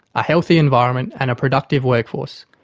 a healthy environment and a productive workforce,